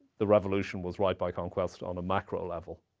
the revolution was right by conquest on a macro level.